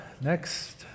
next